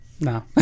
no